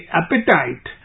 appetite